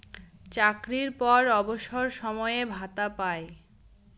চাকরির পর অবসর সময়ে ভাতা পায়